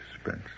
Spence